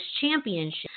championship